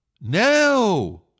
no